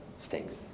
stinks